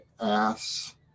ass